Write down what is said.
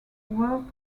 work